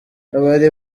abari